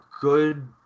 good